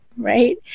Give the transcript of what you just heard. Right